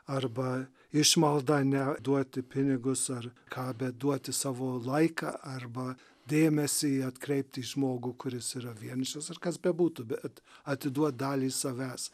arba išmalda ne duoti pinigus ar ką bet duoti savo laiką arba dėmesį atkreipti į žmogų kuris yra vienišas ar kas bebūtų bet atiduot dalį savęs